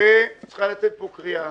וצריכה לצאת מפה קריאה